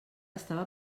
estava